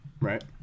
Right